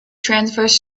transverse